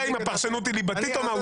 אם הפרשנות היא ליבתית או מהותית.